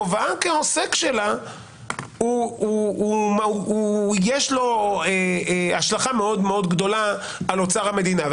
לכובעה כעוסק שלה יש השלכה מאוד מאוד גדולה על אוצר המדינה.